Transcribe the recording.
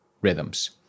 rhythms